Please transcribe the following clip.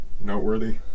noteworthy